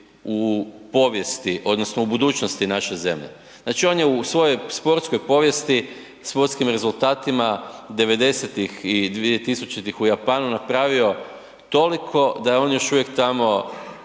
u povijesti odnosno u budućnosti naše zemlje. Znači on je u svojoj sportskoj povijesti, sportskim rezultatima devedesetih i dvije tisućitih u Japanu napravio toliko da je on još uvijek tamo